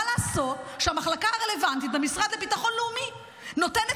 מה לעשות שהמחלקה הרלוונטית במשרד לביטחון לאומי נותנת